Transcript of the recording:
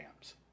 jams